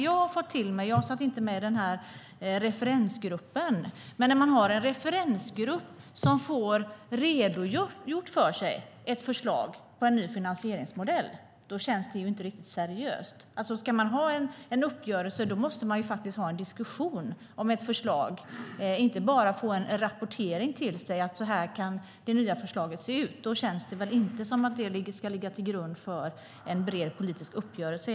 Jag satt inte med i den här referensgruppen, men när man har en referensgrupp som får ett förslag om en ny finansieringsmodell redogjort för sig känns det inte riktigt seriöst. Ska man ha en uppgörelse måste man faktiskt ha en diskussion om ett förslag, inte bara få en rapportering till sig om att så här kan det nya förslaget se ut. Då känns det inte som om det ska ligga till grund för en bred politisk uppgörelse.